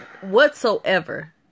Whatsoever